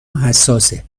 حساسه